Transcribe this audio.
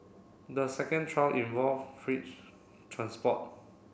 the second trial involve feight transport